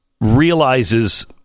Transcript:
realizes